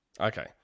Okay